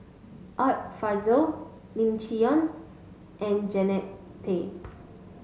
Art Fazil Lim Chee Onn and Jannie Tay